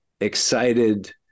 excited